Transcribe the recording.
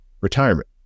retirement